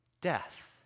death